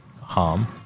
harm